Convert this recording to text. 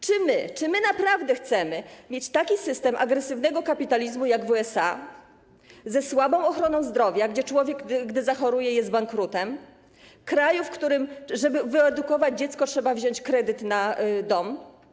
Czy naprawdę chcemy mieć taki system agresywnego kapitalizmu jak w USA, ze słabą ochroną zdrowia, gdzie człowiek, gdy zachoruje, jest bankrutem, w kraju, w którym, żeby wyedukować dziecko, trzeba wziąć kredyt na dom?